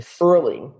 early